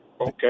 Okay